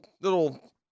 little